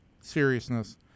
seriousness